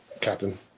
Captain